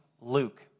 Luke